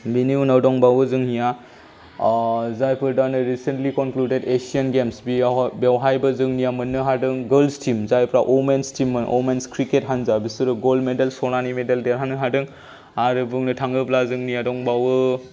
बिनि उनाव दंबावो जोंनिया जायफोर दानि रिसेन्टलि कनक्लुडेट एसियान गेम्स बेवहायबो जोंनिया मोननो हादों गोर्ल्स टीम जायफोरा व'मेन्स टीममोन व'मेन्स क्रिकेट हानजा बिसोरो गल्ड मेडेल सनानि मेडेल देरहानो हादों आरो बुंनो थाङोब्ला जोंनिया दंबावो